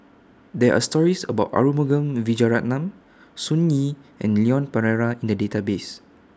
There Are stories about Arumugam Vijiaratnam Sun Yee and Leon Perera in The Database